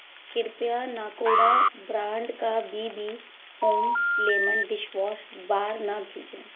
कृपया नाकोडा ब्रांड का B B home lemon dishwash bar न भेजें